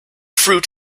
fruit